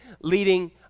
leading